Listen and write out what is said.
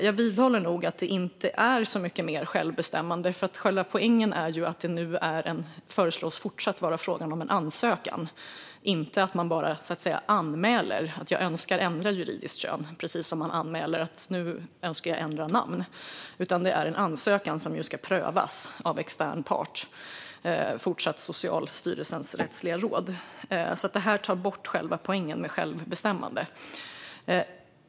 Jag vidhåller att det inte är så mycket mer självbestämmande, för själva poängen är att det fortfarande föreslås att det ska vara en ansökan, inte att man bara anmäler att man önskar ändra juridiskt kön precis som man anmäler att man önskar ändra namn. Ansökan ska prövas av en extern part, vilket fortsatt är Socialstyrelsens rättsliga råd. Detta tar bort själva poängen med självbestämmande.